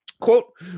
Quote